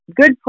good